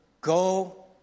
go